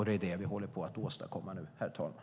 Det är det vi håller på att åstadkomma nu, herr talman.